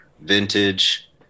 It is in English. vintage